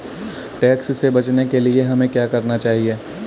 Tax से बचने के लिए हमें क्या करना चाहिए?